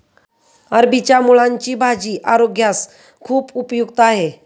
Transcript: अरबीच्या मुळांची भाजी आरोग्यास खूप उपयुक्त आहे